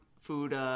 food